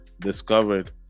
discovered